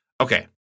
Okay